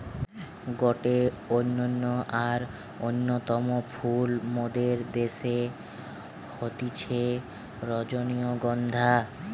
গটে অনন্য আর অন্যতম ফুল মোদের দ্যাশে হতিছে রজনীগন্ধা